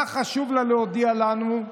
מה חשוב לה להודיע לנו?